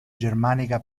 germanica